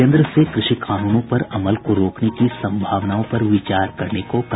केन्द्र से कृषि कानूनों पर अमल को रोकने की संभावनाओं पर विचार करने को कहा